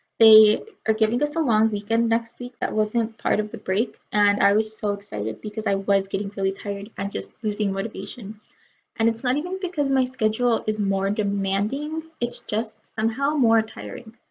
they are giving us a long weekend next week that wasn't part of the break and i was so excited because i was getting really tired and just losing motivation and it's not even because my schedule is more demanding it's just somehow more tiring.